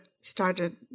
started